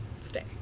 Stay